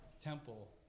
Temple